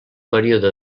període